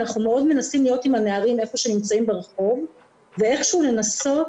אנחנו מאוד מנסים להיות עם הנערים איפה שהם נמצאים ברחוב ואיכשהו לנסות